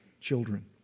children